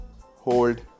hold